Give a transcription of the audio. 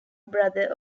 brother